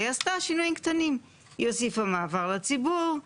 היא עשתה שינויים קטנים: היא הוסיפה מעבר לציבור,